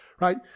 right